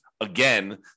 again